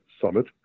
Summit